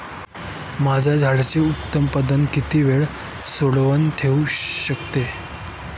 माझे झेंडूचे उत्पादन किती वेळ साठवून ठेवू शकतो?